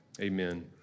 amen